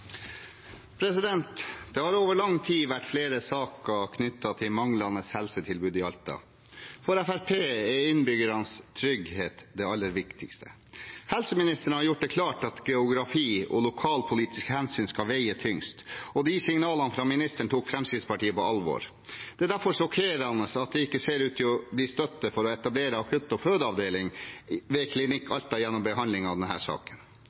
Det har over lang tid vært flere saker knyttet til manglende helsetilbud i Alta. For Fremskrittspartiet er innbyggernes trygghet det aller viktigste. Helseministeren har gjort det klart at geografi og lokalpolitiske hensyn skal veie tyngst, og de signalene fra ministeren tok Fremskrittspartiet på alvor. Det er derfor sjokkerende at det ikke ser ut til å bli støtte for å etablere akutt- og fødeavdeling ved Klinikk Alta gjennom behandling av denne saken.